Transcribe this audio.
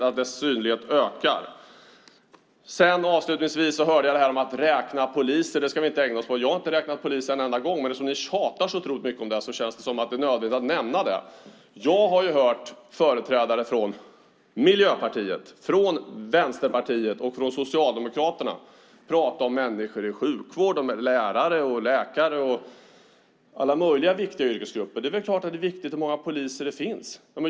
Polisens synlighet ökar. Avslutningsvis: Jag hörde att det talades om att vi inte ska ägna oss åt att räkna poliser. Jag har inte räknat poliser en enda gång. Men eftersom ni tjatar så otroligt mycket om detta känns det som att det är nödvändigt att nämna det. Jag har hört företrädare från Miljöpartiet, Vänsterpartiet och Socialdemokraterna tala om människor i sjukvården, lärare, läkare och alla möjliga viktiga yrkesgrupper. Det är klart att det är viktigt hur många poliser det finns.